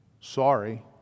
sorry